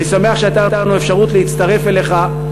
ואני שמח שהייתה לנו אפשרות להצטרף אליך,